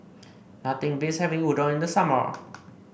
nothing beats having Udon in the summer